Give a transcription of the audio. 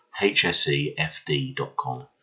hsefd.com